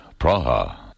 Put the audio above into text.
Praha